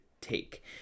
take